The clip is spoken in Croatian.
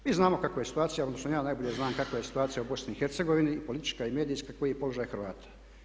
Mi znamo kakva je situacija odnosno ja najbolje znam kakva je situacija u BiH i politička i medijska i koji je položaj Hrvata.